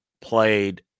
played